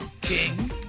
King